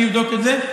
אני אבדוק את זה.